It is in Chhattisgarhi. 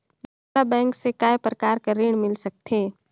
मोला बैंक से काय प्रकार कर ऋण मिल सकथे?